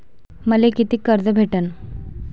मले कितीक कर्ज भेटन?